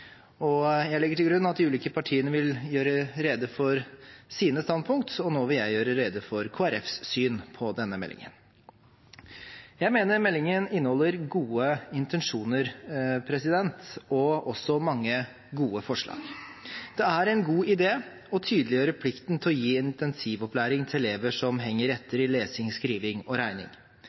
punkter. Jeg legger til grunn at de ulike partiene vil gjøre rede for sine standpunkter, og nå vil jeg gjøre rede for Kristelig Folkepartis syn på denne meldingen. Jeg mener meldingen inneholder gode intensjoner, og også mange gode forslag. Det er en god idé å tydeliggjøre plikten til å gi intensivopplæring til elever som henger etter i lesing, skriving og regning.